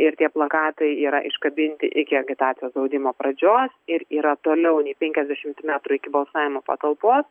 ir tie plakatai yra iškabinti iki agitacijos draudimo pradžios ir yra toliau nei penkiasdešim metrų iki balsavimo patalpos